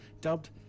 dubbed